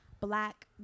Black